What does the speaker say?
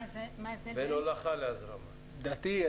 לדעתי,